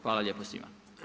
Hvala lijepo svima.